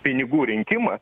pinigų rinkimas